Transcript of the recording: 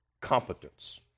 competence